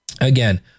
again